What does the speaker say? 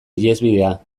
ihesbidea